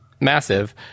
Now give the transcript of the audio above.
massive